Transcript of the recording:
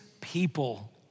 people